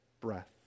breath